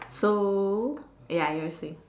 so ya you were saying